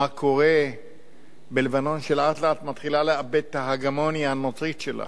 מה קורה בלבנון שלאט-לאט מתחילה לאבד את ההגמוניה הנוצרית שלה